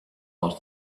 asked